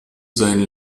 seinen